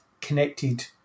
connected